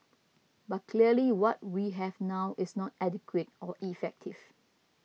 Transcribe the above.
but clearly what we have now is not adequate or effective